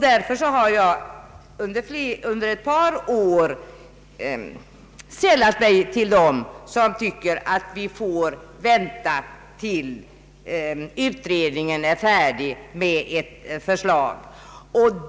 Därför har jag under ett par år sällat mig till dem som anser att vi skall vänta tills utredningen är färdig med ett förslag.